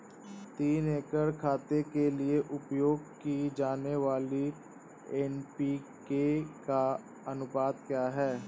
तीन एकड़ खेत के लिए उपयोग की जाने वाली एन.पी.के का अनुपात क्या है?